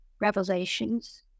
revelations